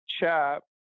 chap